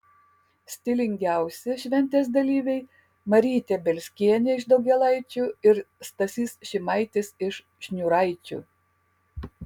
stilingiausi šventės dalyviai marytė bielskienė iš daugėlaičių ir stasys šimaitis iš šniūraičių